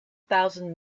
thousand